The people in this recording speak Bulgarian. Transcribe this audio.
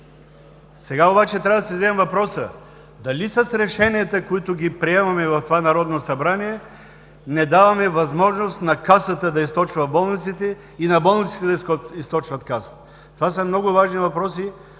Сега обаче трябва да си зададем въпроса: дали с решенията, които приемаме в това Народно събрание, не даваме възможност на Касата да източва болниците и на болниците да източват Касата? Това са много важни въпроси,